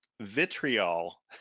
vitriol